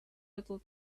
little